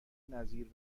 نظیر